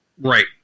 Right